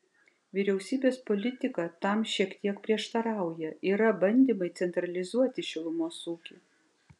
vyriausybės politika tam šiek tiek prieštarauja yra bandymai centralizuoti šilumos ūkį